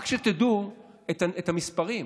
רק שתדעו את המספרים: